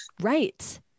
Right